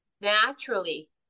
naturally